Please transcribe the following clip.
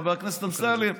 חבר הכנסת אמסלם.